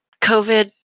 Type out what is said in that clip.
COVID